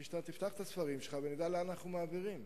היא שאתה תפתח את הספרים שלך ונדע לאן אנחנו מעבירים.